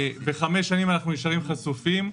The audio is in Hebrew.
וחמש שנים אנחנו נשארים חשופים.